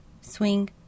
swing